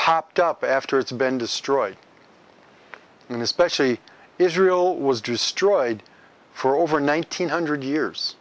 popped up after it's been destroyed in especially israel was destroyed for over nine hundred years